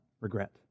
regret